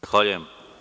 Zahvaljujem.